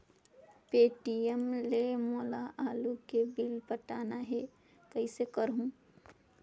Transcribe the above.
Paytm ले मोला आलू के बिल पटाना हे, कइसे करहुँ?